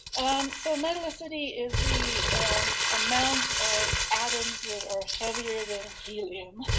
and so metallicity is the um amount of atoms that are heavier than helium.